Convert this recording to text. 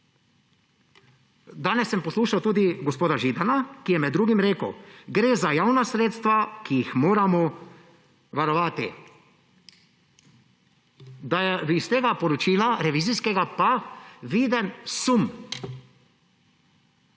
Danes sem poslušal tudi gospoda Židana, ki je med drugim rekel, da gre za javna sredstva, ki jih moramo varovati, da je iz tega poročila revizijskega pa viden sum.